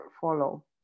follow